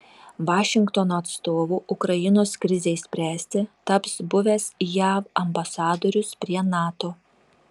vašingtono atstovu ukrainos krizei spręsti taps buvęs jav ambasadorius prie nato